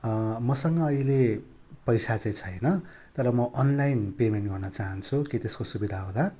मसँग अहिले पैसा चाहिँ छैन तर म अनलाइन पेमेन्ट गर्न चाहन्छु के त्यसको सुविधा होला